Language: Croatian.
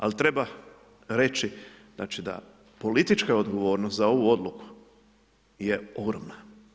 Ali treba reći znači da politička odgovornost za ovu odluku je ogromna.